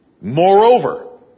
Moreover